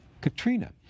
Katrina